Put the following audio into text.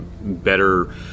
better